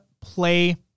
play